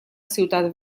ciutat